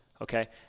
Okay